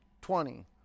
twenty